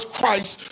Christ